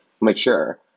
mature